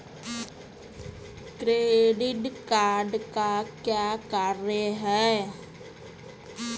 Credit card का क्या कार्य है?